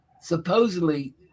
supposedly